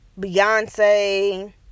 Beyonce